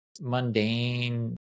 mundane